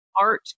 art